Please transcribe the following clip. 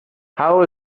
how